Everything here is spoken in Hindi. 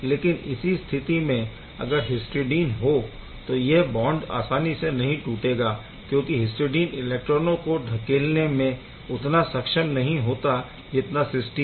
लेकिन इसी स्थिति में अगर हिस्टडीन हो तो यह बॉन्ड आसानी से नहीं टूटेगा क्योंकि हिस्टडीन इलेक्ट्रॉनों को धकेलने में उतना सक्षम नहीं होता जितना सिस्टीन